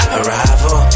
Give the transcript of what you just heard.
Arrival